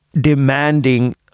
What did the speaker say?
demanding